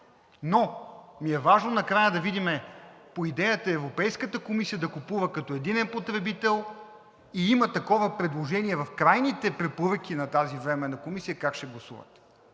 но ни е важно накрая да видим по идеята Европейската комисия да купува като единен потребител и има такова предложение в крайните препоръки на тази временна комисия, как ще гласувате.